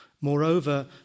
Moreover